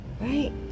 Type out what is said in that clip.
right